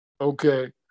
Okay